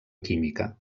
química